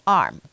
arm